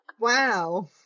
Wow